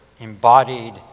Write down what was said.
embodied